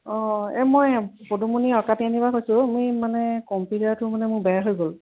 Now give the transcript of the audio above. অঁ এই মই পদুমণি পা কৈছোঁ মোৰ এই মানে কম্পিউটাৰটো মানে মোৰ বেয়া হৈ গ'ল